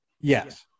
Yes